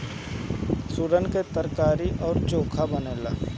सुरन के तरकारी अउरी चोखा बनेला